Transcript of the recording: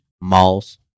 malls